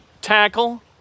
tackle